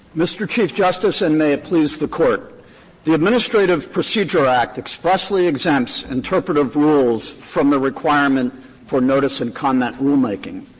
mr. chief justice, and may it please the court the administrative procedure act expressly exempts interpretative rules from the requirement for notice-and-comment rulemaking,